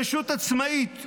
רשות עצמאית,